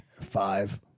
Five